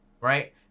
right